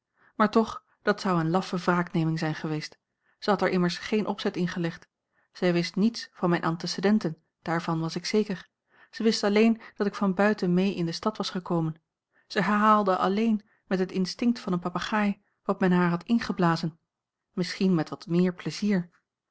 maar toch dat zou eene laffe wraakneming zijn geweest zij had er immers geen opzet in gelegd zij wist niets van mijne antecedenten daarvan was ik zeker zij wist alleen dat ik van buiten mee in de stad was gekomen zij herhaalde alleen met het instinct van een papegaai wat men haar had ingeblazen misschien met wat meer plezier